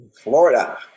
florida